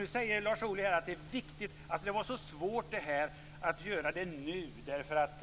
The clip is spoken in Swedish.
Nu säger Lars Ohly att det var så svårt att göra detta nu därför att